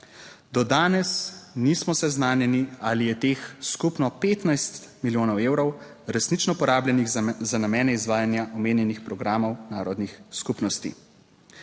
Do danes nismo seznanjeni ali je teh skupno 15 milijonov evrov resnično porabljenih za namene izvajanja omenjenih programov narodnih skupnosti.